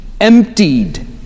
emptied